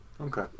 Okay